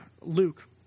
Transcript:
Luke